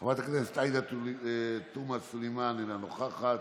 חברת הכנסת עאידה תומא סלימאן, אינה נוכחת,